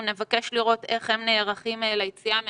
ונבקש לשמוע איך הם נערכים ליציאה מהסגר.